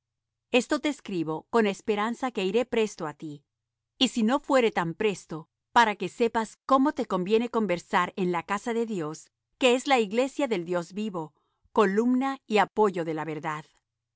esto te escribo con esperanza que iré presto á ti y si no fuere tan presto para que sepas cómo te conviene conversar en la casa de dios que es la iglesia del dios vivo columna y apoyo de la verdad